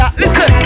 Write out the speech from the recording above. listen